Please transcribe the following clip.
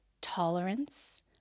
tolerance